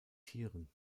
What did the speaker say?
tieren